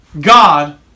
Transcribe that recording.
God